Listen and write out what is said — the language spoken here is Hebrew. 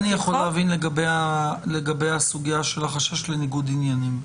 --- זה אני יכול להבין לגבי הסוגייה של החשש לניגוד עניינים.